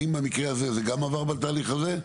האם המקרה הזה גם עבר בתהליך הזה?